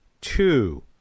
Two